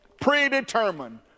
Predetermined